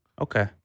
Okay